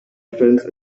defense